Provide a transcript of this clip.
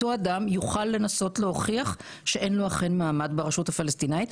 אותו אדם יוכל לנסות להוכיח שאכן אין לו מעמד ברשות הפלסטינית.